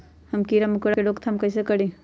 हम किरा मकोरा के रोक थाम कईसे करी?